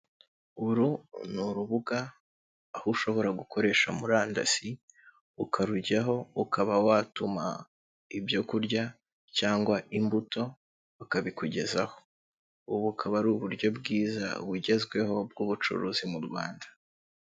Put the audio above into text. Uru ni urubuga aho ushobora gukoresha murandasi, ukarujyaho ukaba watuma ibyo kurya cyangwa imbuto bakabikugezaho, ubu ukaba ari uburyo bwiza bugezweho bw'ubucuruzi mu Rwanda.